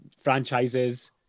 franchises